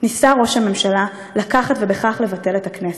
ניסה ראש הממשלה לקחת, ובכך לבטל את הכנסת.